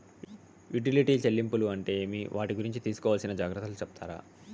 Utility చెల్లింపులు అంటే ఏమి? వాటి గురించి తీసుకోవాల్సిన జాగ్రత్తలు సెప్తారా?